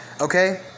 Okay